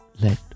let